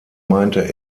meinte